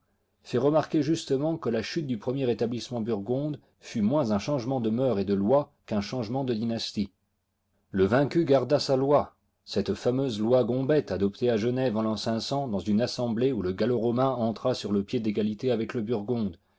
fait remarquer justement que la chute du premier établissement burgonde fut moins un changement de mœurs et de lois qu'un changement de dynastie le vaincu garda sa loi cette fameuse loi gombette adoptée à genève en l'an dans une assemblée où le gallo romain entra sur le pied d'égalité avec le burgonde